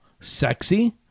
sexy